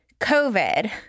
COVID